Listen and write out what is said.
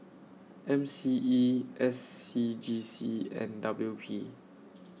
M C E S C G C and W P